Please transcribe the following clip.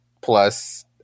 plus